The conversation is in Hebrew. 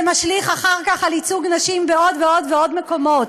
זה משליך אחר כך על ייצוג נשים בעוד ועוד ועוד מקומות.